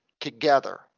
together